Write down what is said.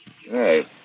Hey